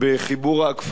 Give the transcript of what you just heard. בחיבור הכפרים,